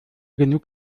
genug